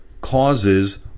causes